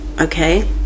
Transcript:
okay